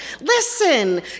Listen